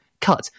cut